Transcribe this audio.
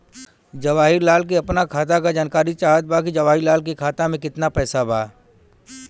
जवाहिर लाल के अपना खाता का जानकारी चाहत बा की जवाहिर लाल के खाता में कितना पैसा बा?